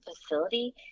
facility